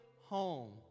home